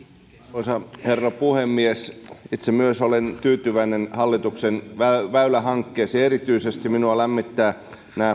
arvoisa herra puhemies myös itse olen tyytyväinen hallituksen väylähankkeisiin erityisesti minua lämmittävät